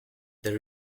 the